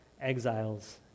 exiles